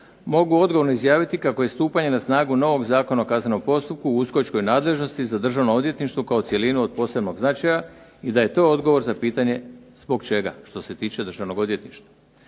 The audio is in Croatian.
mogu odgovorno izjaviti kako je stupanje na snagu novog Zakona o kaznenom postupku u uskočkoj nadležnosti za Državno odvjetništvo kao cjelinu od posebnog značaja, i da je to odgovor za pitanje zbog čega, što se tiče Državnog odvjetništva.